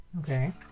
Okay